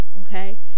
Okay